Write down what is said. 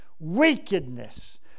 Wickedness